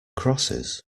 crosses